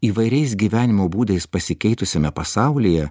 įvairiais gyvenimo būdais pasikeitusiame pasaulyje